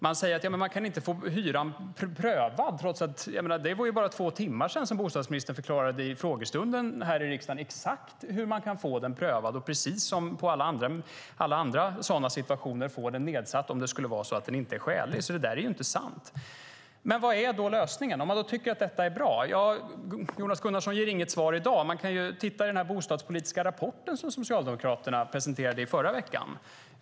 Man säger att det inte går att få hyran prövad, men det var ju bara två timmar sedan bostadsministern förklarade i frågestunden här i riksdagen exakt hur man kan få den prövad, och precis som i alla andra sådana situationer, få den nedsatt om den inte är skälig. Det där är alltså inte sant. Vad är då lösningen om man tycker att detta är bra? Jonas Gunnarsson ger inget svar i dag. Man kan titta i den bostadspolitiska rapporten som Socialdemokraterna presenterade i förra veckan.